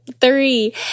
three